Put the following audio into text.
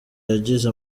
yagize